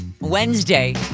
Wednesday